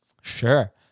Sure